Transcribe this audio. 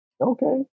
Okay